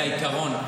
זה העיקרון.